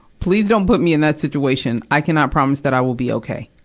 please don't put me in that situation. i cannot promise that i will be okay.